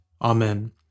Amen